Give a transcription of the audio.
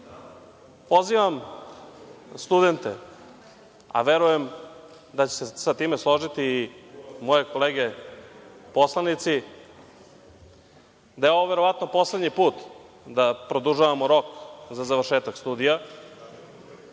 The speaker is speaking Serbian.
Srbije. Pozivam studente, a verujem da će se s time složiti i moje kolege poslanici, da je ovo verovatno poslednji put da produžavamo rok za završetak studija,